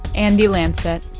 andy lanset.